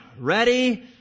ready